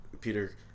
peter